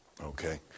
Okay